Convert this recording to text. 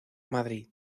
madrid